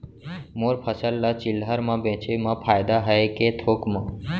मोर फसल ल चिल्हर में बेचे म फायदा है के थोक म?